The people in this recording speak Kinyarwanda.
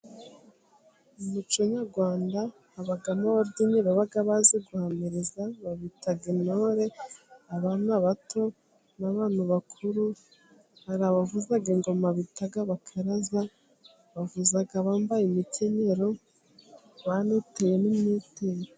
Mu muco nyarwanda habamo ababyinnyi baba bazi guhamiriza babita intore, abana bato n 'abantu bakuru. Hari abavuza ingoma bita abakaraza bavuza bambaye imikenyero, baniteye n'imyitero.